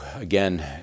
again